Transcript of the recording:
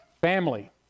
family